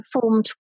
formed